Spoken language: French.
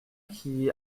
qui